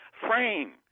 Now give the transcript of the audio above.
frame